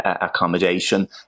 accommodation